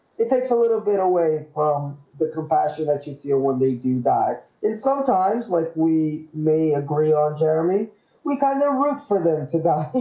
it takes a little bit away from the compassion that you feel when they do die it's sometimes like we may agree on jeremy we find there wait for them to die